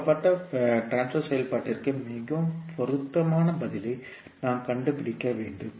கொடுக்கப்பட்ட பரிமாற்ற செயல்பாட்டிற்கு மிகவும் பொருத்தமான பதிலை நாம் கண்டுபிடிக்க வேண்டும்